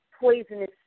poisonous